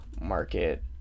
market